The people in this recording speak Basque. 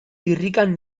irrikan